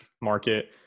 market